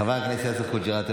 חבר הכנסת יאסר חוג'יראת,